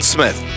Smith